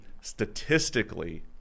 statistically